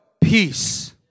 peace